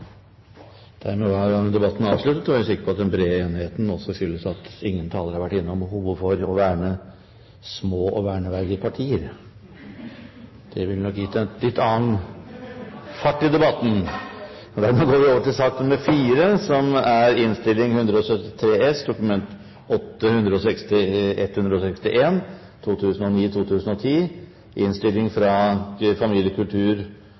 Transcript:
Dermed er debatten i sak nr. 3 avsluttet. Jeg er sikker på at den brede enigheten også skyldes at ingen av talerne har vært innom behovet for å verne små og verneverdige partier. Det ville nok gitt en litt annen fart i debatten! Etter ønske fra familie- og